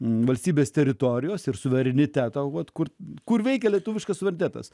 valstybės teritorijos ir suvereniteto atkurti kur veikia lietuviškas kvartetas